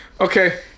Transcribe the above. okay